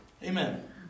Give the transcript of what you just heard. Amen